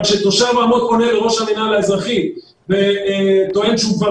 אבל כשתושב רמות פונה לראש המינהל האזרחי וטוען שהוא כבר